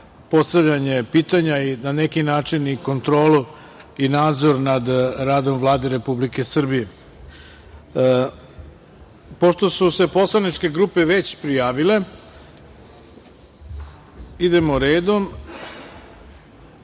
postavljanje pitanja i na neki način i kontrolu i nadzor nad radom Vlade Republike Srbije. Pošto su se poslaničke grupe već prijavile idemo redom. Prvi